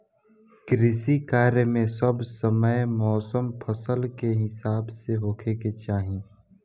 कृषि कार्य मे सब समय मौसम फसल के हिसाब से होखे के चाही